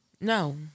No